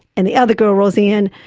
and the other girl, roseanne,